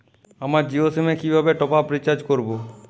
আমার জিও সিম এ কিভাবে টপ আপ রিচার্জ করবো?